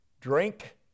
drink